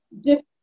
different